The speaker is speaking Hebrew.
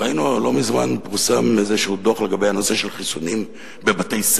לא מזמן פורסם איזה דוח לגבי הנושא של חיסונים בבתי-ספר,